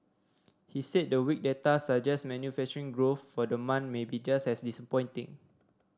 he said the weak data suggests manufacturing growth for the month may be just as disappointing